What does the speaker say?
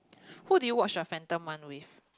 who do you watch the Phantom one with